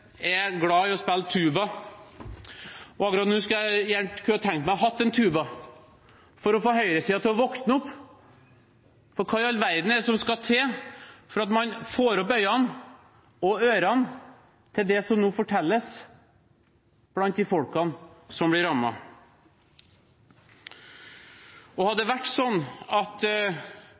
er glad i å spille tuba, og akkurat nå kunne jeg gjerne tenkt meg å ha hatt en tuba for å få høyresiden til å våkne opp. For hva i all verden er det som skal til for at man får opp øynene og ørene for det som nå fortelles blant de folkene som blir rammet? Hadde det vært sånn at